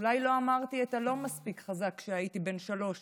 אולי לא אמרתי את ה"לא" מספיק חזק כשהייתי בן 3,